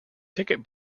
ticket